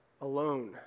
alone